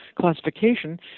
classification